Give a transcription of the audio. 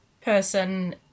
person